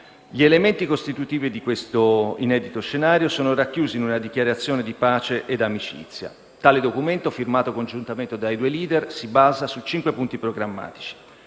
Gli elementi costitutivi di questo inedito scenario sono racchiusi in una dichiarazione di pace e amicizia. Tale documento, firmato congiuntamente dai due *leader*, si basa su cinque punti programmatici: